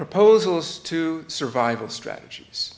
proposals to survival strategies